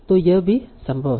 तो यह भी संभव है